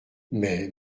mais